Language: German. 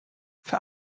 für